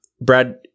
Brad